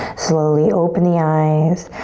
slowly open the eyes.